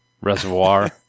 Reservoir